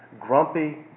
grumpy